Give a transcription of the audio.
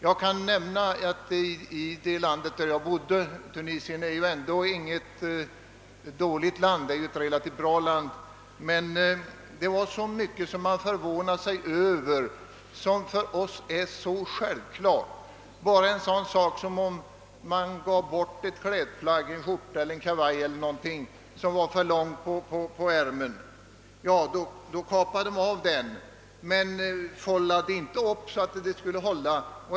Jag kan nämna att i det land där jag bodde — Tunisien är ändå ett relativt bra land — var det mycket som man förvånade sig över. Om man t.ex. gav bort ett klädesplagg — en skjorta, kavaj eller dylikt — och ärmarna var för långa, så klippte de bara av dem, Men de fållade inte upp dem.